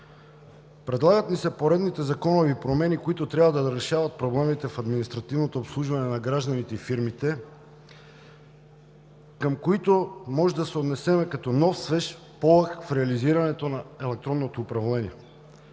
Предлагат ни се поредните законови промени, които трябва да решават проблемите в административното обслужване на гражданите и фирмите, към които можем да се отнесем като нов свеж полъх в реализирането на електронното управление.